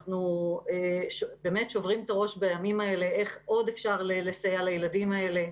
אנחנו שוברים את הראש בימים אלה איך עוד אפשר לסייע לילדים האלה.